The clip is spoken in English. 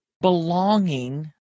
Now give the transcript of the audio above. belonging